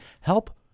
help